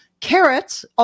carrots